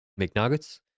McNuggets